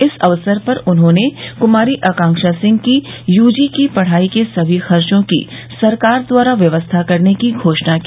इस अवसर पर उन्होंने कुमारी आकांक्षा सिंह की यूजी की पढ़ाई के सभी खर्चो की सरकार द्वारा व्यवस्था करने की घोषणा की